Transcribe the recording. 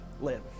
live